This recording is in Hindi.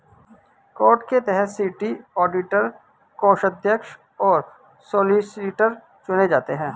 कोड के तहत सिटी ऑडिटर, कोषाध्यक्ष और सॉलिसिटर चुने जाते हैं